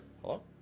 Hello